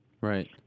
Right